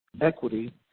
equity